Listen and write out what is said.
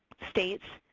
states,